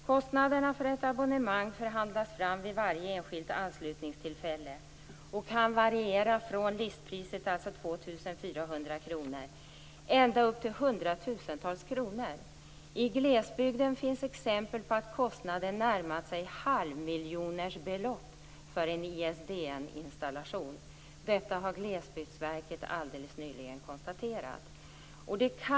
Kostnaderna för ett abonnemang förhandlas fram vid varje enskilt anslutningstillfälle och kan variera från listpriset, alltså 2 400 kr, ända upp till hundratusentals kronor. I glesbygden finns exempel på att kostnaden för en ISDN-installation närmat sig halvmiljonersbelopp. Detta har Glesbygdsverket alldeles nyligen konstaterat.